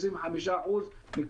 25% לא,